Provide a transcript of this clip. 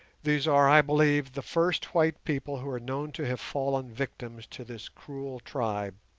these are, i believe, the first white people who are known to have fallen victims to this cruel tribe